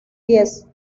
diez